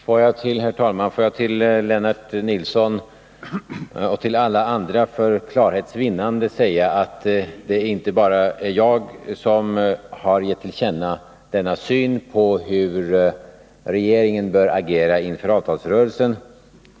Herr talman! Får jag för klarhets vinnande säga till Lennart Nilsson och till alla andra att det inte bara är jag som har gett till känna denna syn på hur regeringen bör agera inför avtalsrörelsen.